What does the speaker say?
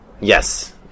Yes